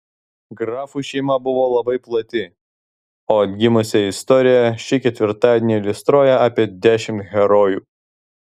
grafų šeima buvo labai plati o atgimusią istoriją šį ketvirtadienį iliustruoja apie dešimt herojų